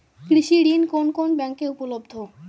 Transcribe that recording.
কৃষি ঋণ কোন কোন ব্যাংকে উপলব্ধ?